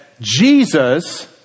Jesus